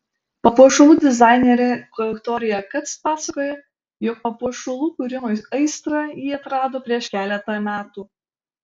papuošalų dizainerė viktorija kac pasakoja jog papuošalų kūrimo aistrą ji atrado prieš keletą metų